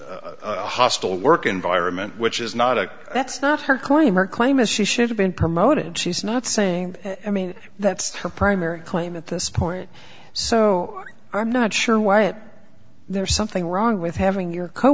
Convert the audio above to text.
a hostile work environment which is not a that's not her claim or claim is she should have been promoted she's not saying i mean that's her primary claim at this point so i'm not sure why it there's something wrong with having your co